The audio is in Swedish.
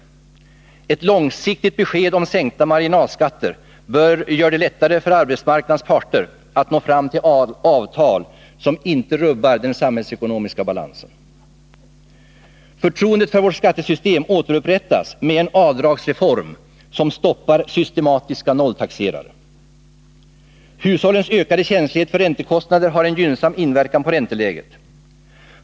Ett långsiktigt besked om sänkta marginalskatter gör det lättare för arbetsmarknadens parter att nå fram till avtal som inte rubbar den samhällsekonomiska balansen. Förtroendet för vårt skattesystem återupprättas med en avdragsreform som stoppar systematiska nolltaxerare. Hushållens ökade känslighet för räntekostnader har en gynnsam inverkan på ränteläget.